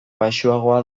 baxuagoa